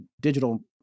digital